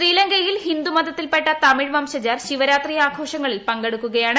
ശ്രീലങ്കയിൽ ഹിന്ദു മതത്തിൽപെട്ട തമിഴ് വംശജർ ശിവരാത്രി ആഘോഷങ്ങളിൽ പങ്കെടുക്കുകയാണ്